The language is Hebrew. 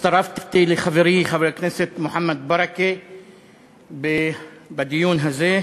הצטרפתי לחברי חבר הכנסת מוחמד ברכה בדיון הזה,